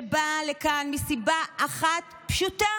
שבאה לכאן מסיבה אחת פשוטה: